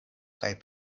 kaj